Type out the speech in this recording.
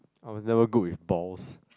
I was never good with balls